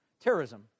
Terrorism